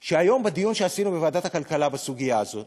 שהיום, בדיון שעשינו בוועדת הכלכלה בסוגיה הזאת,